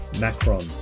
Macron